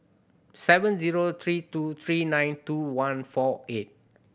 seven zero three two three nine two one four eight